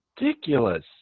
ridiculous